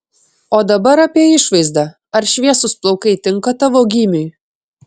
o dabar apie išvaizdą ar šviesūs plaukai tinka tavo gymiui